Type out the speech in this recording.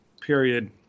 period